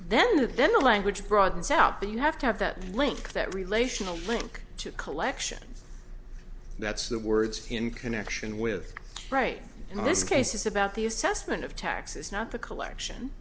the then the language broadens out that you have to have that link that relational link to collections that's the words in connection with right in this case is about the assessment of taxes not the collection